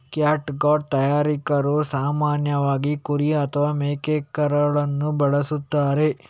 catgut ತಯಾರಕರು ಸಾಮಾನ್ಯವಾಗಿ ಕುರಿ ಅಥವಾ ಮೇಕೆಕರುಳನ್ನು ಬಳಸುತ್ತಾರೆ